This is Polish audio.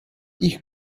ich